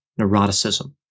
neuroticism